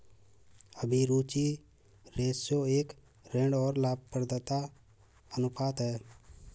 अभिरुचि रेश्यो एक ऋण और लाभप्रदता अनुपात है